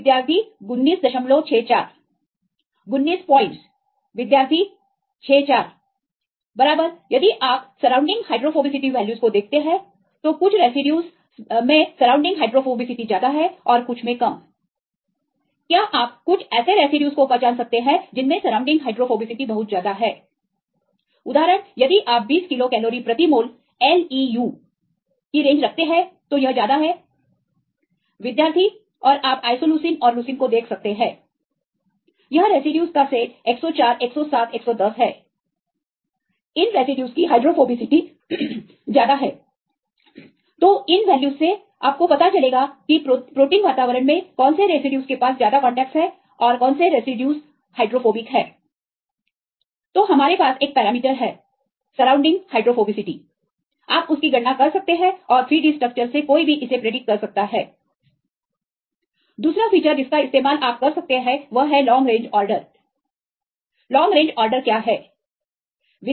विद्यार्थी 64 बराबर यदि आप सराउंडिंग हाइड्रोफोबिसिटी वैल्यूज को देखते हैं तो कुछ रेसिड्यूज मैं सराउंडिंग हाइड्रोफोबिसिटी ज्यादा है और कुछ मे कम क्या आप कुछ ऐसे रेसिड्यूज को पहचान सकते हैं जिनमें सराउंडिंग हाइड्रोफोबिसिटी बहुत ज्यादा है उदाहरण यदि आप 20 किलो कैलोरी प्रति मोल LEU की रेंज रखते हैं तो यह ज्यादा है विद्यार्थी और आप आईसोलुसीन और लुसीन को देख सकते हैंयह रेसिड्यूज का सेट 104107110 है यह रेसिड्यूज की हाइड्रोफोबिसिटी ज्यादा हैतो इन वैल्यूज से आपको पता चलेगा की प्रोटीन वातावरण में कौन से रेसिड्यूज के पास ज्यादा कांटेक्टस है और कौन से रेसिड्यूज हाइड्रोफोबिसिटी मे समृद्ध है तो हमारे पास एक पैरामीटर है सराउंडिंग हाइड्रोफोबिसिटी आप उसकी गणना कर सकते हैं और 3D स्ट्रक्चर से कोई भी इसे प्रेडीकट कर सकता है दूसरा फीचर जिसका इस्तेमाल आप कर सकते हैं वह है long range order long range order क्या है